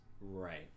right